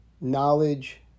knowledge